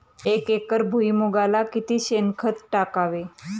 एक एकर भुईमुगाला किती शेणखत टाकावे?